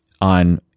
on